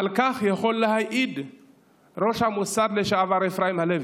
על כך יכול להעיד ראש המוסד לשעבר אפרים הלוי,